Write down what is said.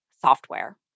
software